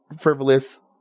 frivolous